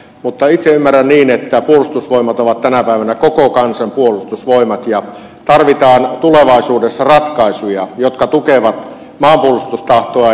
mutta itse ymmärrän niin että puolustusvoimat on tänä päivänä koko kansan puolustusvoimat ja tulevaisuudessa tarvitaan ratkaisuja jotka tukevat maanpuolustustahtoa